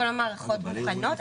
כל המערכות מוכנות.